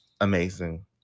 Amazing